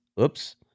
oops